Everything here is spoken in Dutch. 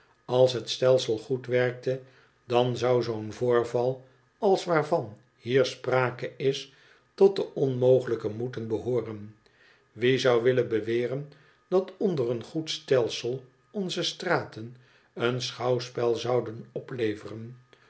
als het stelsel goed werkte dan zou zoo'n voorval als waarvan hier sprake is tot de onmogelijke moeten behooren wie zou willen beweren dat onder een goed stelsel onze straten een schouwspel zouden opleveren